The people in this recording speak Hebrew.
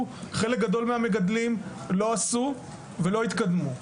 חלק גדול מהמגדלים לא עשו ולא התקדמו.